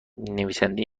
نویسنده